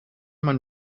man